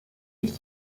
ich